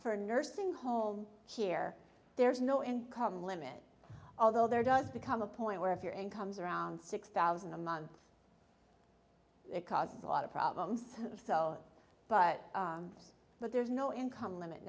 for nursing home care there's no income limit although there does become a point where if you're incomes around six thousand a month it causes a lot of problems so but yes but there's no income limit